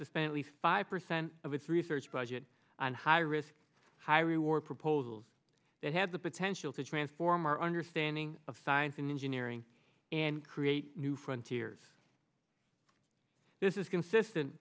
least five percent of its research budget on high risk high reward proposals that had the potential to transform our understanding of science and engineering and create new frontiers this is consistent